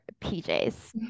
PJ's